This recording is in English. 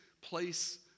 place